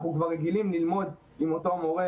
אנחנו כבר רגילים ללמוד עם אותו מורה,